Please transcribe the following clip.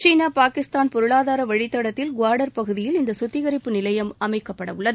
சீனா பாகிஸ்தான் பொருளாதார வழித்தடத்தில் குவாடர் பகுதியில் இந்த குத்திகரிப்பு நிலையம் அமைக்கப்படவுள்ளது